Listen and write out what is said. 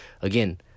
again